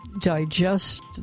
digest